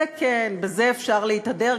זה כן, בזה אפשר להתהדר.